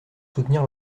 soutenir